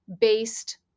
based